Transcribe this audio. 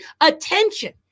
attention